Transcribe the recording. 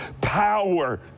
power